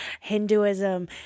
Hinduism